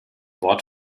wort